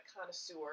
connoisseur